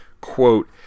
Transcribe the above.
quote